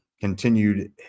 continued